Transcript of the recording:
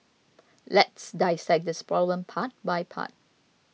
let's dissect this problem part by part